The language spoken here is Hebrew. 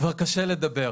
כבר קשה לדבר.